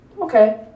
Okay